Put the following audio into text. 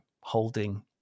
holding